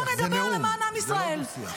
בוא נדבר למען עם ישראל.